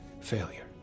failure